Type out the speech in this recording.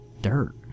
dirt